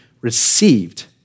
received